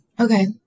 Okay